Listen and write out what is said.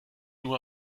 nur